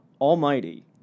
Almighty